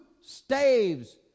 staves